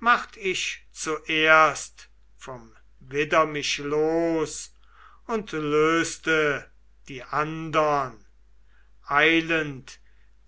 macht ich zuerst vom widder mich los und löste die andern eilend